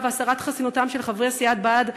ולהסרת חסינותם של חברי סיעת בל"ד,